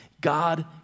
God